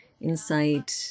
inside